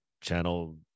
Channel